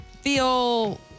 feel